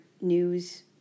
news